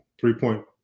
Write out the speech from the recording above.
three-point